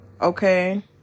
Okay